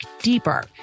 deeper